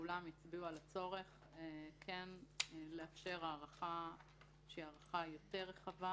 שכולם הצביעו על הצורך לאפשר הארכה יותר רחבה.